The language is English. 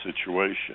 situation